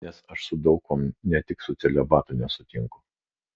nes aš su daug kuom ne tik su celibatu nebesutinku